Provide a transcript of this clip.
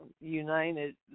united